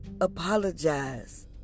apologize